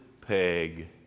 peg